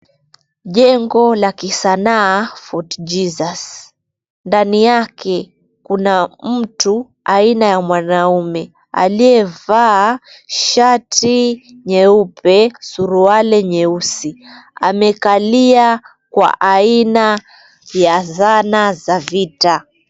Jengo la kisanaa Fort Jesus . Ndani yake kuna mtu aina ya mwanaume aliyevaa shati nyeupe, suruali nyeusi. Amekalia kwa aina ya zana za vita.